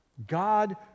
God